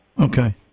Okay